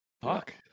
fuck